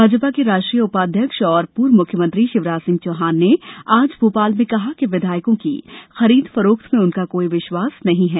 भाजपा के राष्ट्रीय उपाध्यक्ष एवं पूर्व मुख्यमंत्री शिवराज सिंह चौहान ने आज भोपाल में कहा है कि विधायकों की खरीद फरोख्त में उनका कोई विश्वास नहीं है